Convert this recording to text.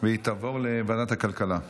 והיא תעבור לוועדת הכלכלה.